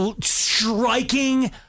striking